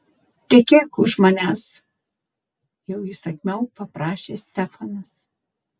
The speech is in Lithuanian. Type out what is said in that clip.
tekėk už manęs jau įsakmiau paprašė stefanas